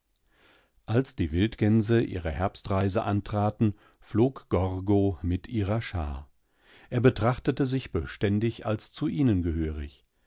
als die wildgänse ihre herbstreise antraten flog gorgo mit ihrer schar er betrachtete sich beständig als zu ihnen gehörig